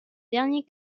dernier